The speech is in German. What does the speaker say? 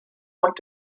und